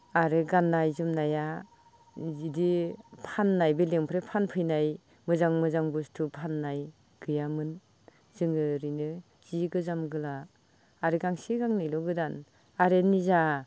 आरो गाननाय जोमनाया जुदि फाननाय बेलेगनिफ्राय फानफैनाय मोजां मोजां बुस्थु फाननाय गैयामोन जोङो ओरैनो जि गोजाम गोला आरो गांसे गांनैल' गोदान आरो निजा